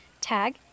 tag